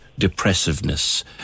depressiveness